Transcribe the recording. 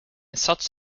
such